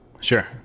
Sure